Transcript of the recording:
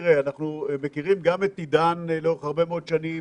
אנחנו מכירים את עידן לאורך הרבה מאוד שנים